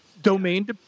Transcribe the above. domain